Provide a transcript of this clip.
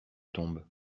tombent